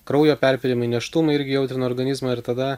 kraujo perpylimai nėštumai irgi jautrina organizmą ir tada